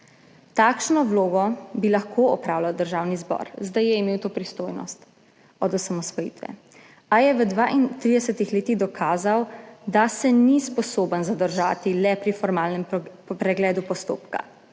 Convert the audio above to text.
Takšno vlogo bi lahko opravljal Državni zbor, zdaj je imel to pristojnost od osamosvojitve, a je v 32 letih dokazal, da se ni sposoben zadržati pri le formalnem pregledu postopka.